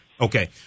Okay